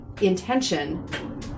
intention